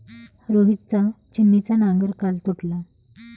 रोहितचा छिन्नीचा नांगर काल तुटला